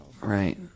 Right